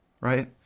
right